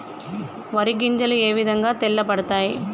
వరి గింజలు ఏ విధంగా తెల్ల పడతాయి?